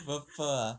purple ah